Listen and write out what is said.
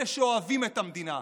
אלה שאוהבים את המדינה,